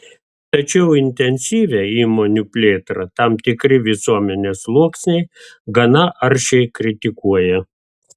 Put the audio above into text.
tačiau intensyvią įmonių plėtrą tam tikri visuomenės sluoksniai gana aršiai kritikuoja